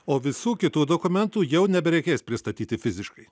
o visų kitų dokumentų jau nebereikės pristatyti fiziškai